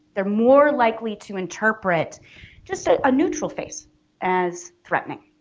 they're more likely to interpret just a ah neutral face as threatening,